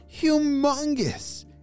humongous